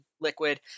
Liquid